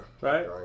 right